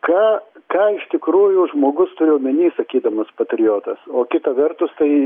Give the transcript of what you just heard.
ką ką iš tikrųjų žmogus turi omeny sakydamas patriotas o kita vertus tai